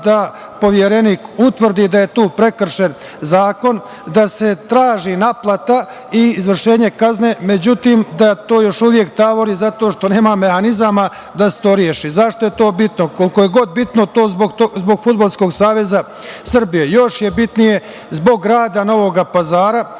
da Poverenik utvrdi da je tu prekršen zakon, da se traži naplata i izvršenje kazne, međutim, da to još uvek tavori zato što nema mehanizama da se to reši.Zašto je to bitno? Koliko je god bitno to zbog Fudbalskog saveza Srbije još je bitnije zbog grada Novog Pazara,